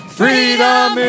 freedom